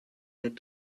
had